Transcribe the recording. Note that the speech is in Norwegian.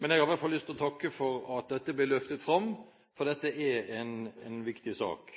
Men jeg har i hvert fall lyst til å takke for at dette blir løftet fram, for det er en viktig sak.